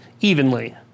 evenly